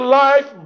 life